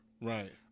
Right